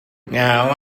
now